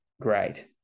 great